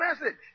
message